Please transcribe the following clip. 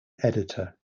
editor